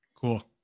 cool